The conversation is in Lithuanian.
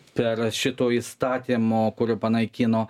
per šito įstatymo kurį panaikino